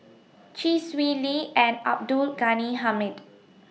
Chee Swee Lee and Abdul Ghani Hamid